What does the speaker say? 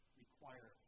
require